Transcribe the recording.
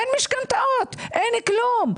אין משכנתאות, אין כלום.